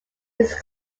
his